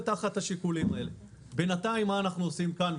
מה אנחנו עושים כאן?